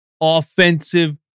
offensive